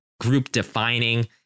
group-defining